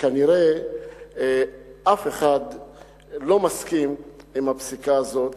שכנראה אף אחד לא מסכים עם הפסיקה הזאת,